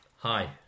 Hi